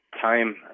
time